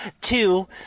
Two